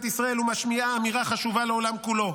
ישראל ומשמיעה אמירה חשובה לעולם כולו.